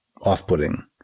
off-putting